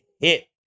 hit